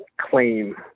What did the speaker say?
claim